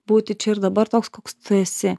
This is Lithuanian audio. būti čia ir dabar toks koks tu esi